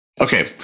Okay